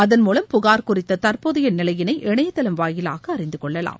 அதன் மூலம் புகார் குறித்த தற்போதைய நிலையினை இணையதளம் வாயிலாக அறிந்துகொள்ளலாம்